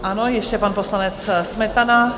Ano, ještě pan poslanec Smetana.